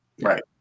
right